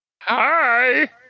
Hi